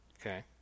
Okay